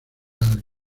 algo